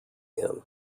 him